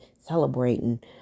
celebrating